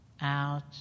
out